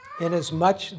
inasmuch